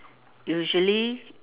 usually